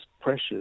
pressures